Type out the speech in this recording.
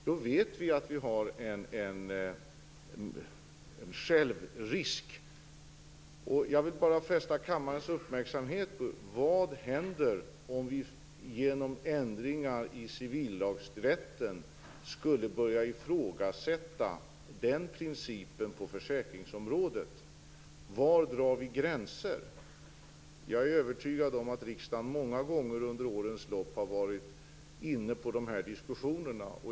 Vi vet att vi då har en självrisk. Jag vill bara fästa kammarens uppmärksamhet på vad som händer om vi genom ändringar i civillagsrätten skulle börja ifrågasätta den principen på försäkringsområdet. Var drar vi gränser? Jag är övertygad om att riksdagen många gånger under årens lopp har varit inne på de här diskussionerna.